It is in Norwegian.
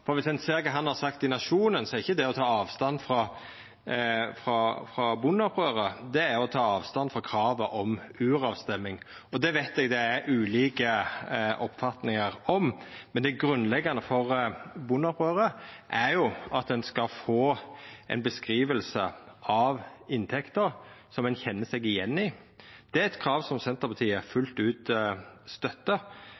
for viss ein ser kva han har sagt i Nationen, er ikkje det å ta avstand frå bondeopprøret, det er å ta avstand frå kravet om uravstemming, og det veit eg det er ulike oppfatningar om. Men det grunnleggjande for bondeopprøret er at ein skal få ei beskriving av inntekta som ein kjenner seg igjen i. Det er eit krav som Senterpartiet